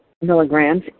milligrams